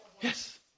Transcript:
Yes